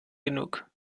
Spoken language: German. genug